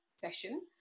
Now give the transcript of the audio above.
session